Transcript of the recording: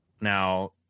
Now